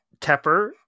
Tepper